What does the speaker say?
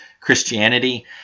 christianity